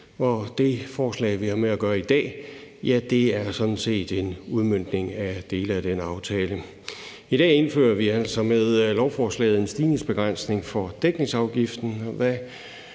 og det forslag, vi har med at gøre i dag, er sådan set en udmøntning af dele af den aftale. I dag indfører vi altså med lovforslaget en stigningsbegrænsning for dækningsafgiften.